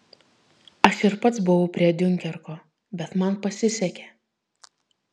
aš ir pats buvau prie diunkerko bet man pasisekė